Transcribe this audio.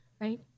right